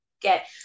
get